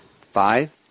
Five